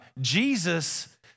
Jesus